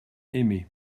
aimé